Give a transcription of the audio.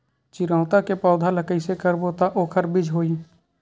चिरैता के पौधा ल कइसे करबो त ओखर बीज होई?